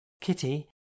Kitty